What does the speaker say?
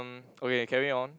um carry on